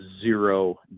zero